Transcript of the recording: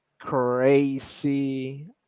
crazy